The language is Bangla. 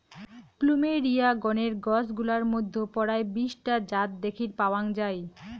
প্লুমেরীয়া গণের গছ গুলার মইধ্যে পরায় বিশ টা জাত দ্যাখির পাওয়াং যাই